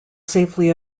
safely